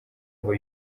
ngo